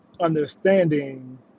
understanding